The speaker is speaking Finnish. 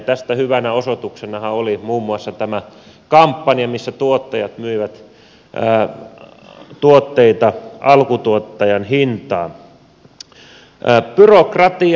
tästä hyvänä osoituksenahan oli muun muassa tämä kampanja jossa tuottajat myivät tuotteita alkutuottajan hintaan